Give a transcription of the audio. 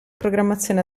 programmazione